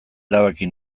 erabaki